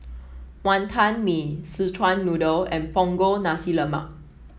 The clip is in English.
Wantan Mee Szechuan Noodle and Punggol Nasi Lemak